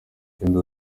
genda